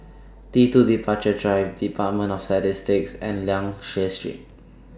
T two Departure Drive department of Statistics and Liang Seah Street